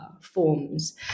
forms